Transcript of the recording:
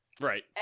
Right